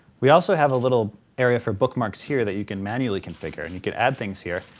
we also have a little area for bookmarks here that you can manually configure and you can add things here.